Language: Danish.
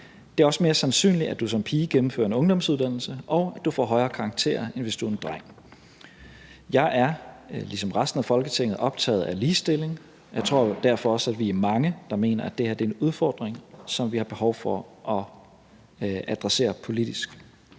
Det er også mere sandsynligt, at du som pige gennemfører en ungdomsuddannelse, og at du får højere karakter, end hvis du er en dreng. Jeg er ligesom resten af Folketinget optaget af ligestilling, og jeg tror derfor også, at vi er mange, der mener, at det her er en udfordring, som vi har behov for at adressere politisk.